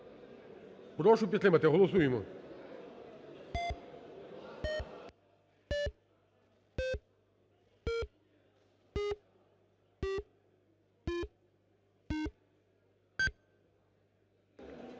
Прошу підтримати, голосуємо.